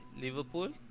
Liverpool